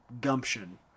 gumption